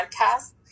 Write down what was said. podcast